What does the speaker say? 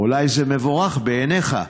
אולי זה מבורך בעיניך,